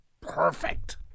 perfect